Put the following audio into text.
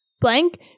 blank